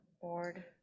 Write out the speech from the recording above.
board